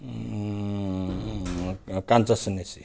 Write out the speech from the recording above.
कान्छा सन्यासी